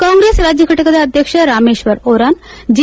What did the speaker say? ಕಾಂಗ್ರೆಸ್ ರಾಜ್ಯ ಘಟಕದ ಅಧ್ಯಕ್ಷ ರಾಮೇಶ್ವರ ಒರಾನ್ ಜೆ